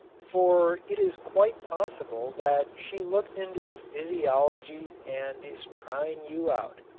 for it is quite possible that she looked into a physiology and is trying you out.